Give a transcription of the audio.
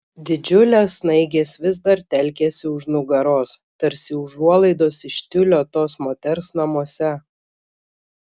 didžiulės snaigės vis dar telkėsi už nugaros tarsi užuolaidos iš tiulio tos moters namuose